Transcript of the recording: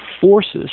forces